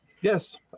yes